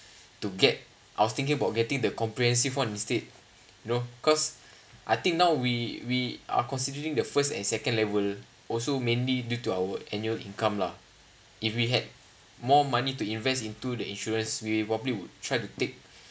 to get I was thinking about getting the comprehensive one instead you know cause I think now we we are considering the first and second level also mainly due to our annual income lah if we had more money to invest into the insurance we probably would try to take